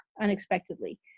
unexpectedly